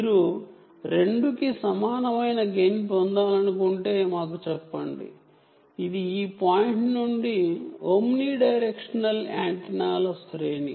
మీరు 2 కి సమానమైన గెయిన్ పొందాలనుకుంటే ఇది ఈ పాయింట్ నుండి ఓమ్ని డైరెక్షనల్ యాంటెన్నాల రేంజ్